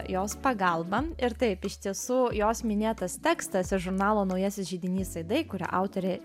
jos pagalbą ir taip iš tiesų jos minėtas tekstas iš žurnalo naujasis židinys aidai kurio autorė